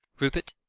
rupert,